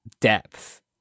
depth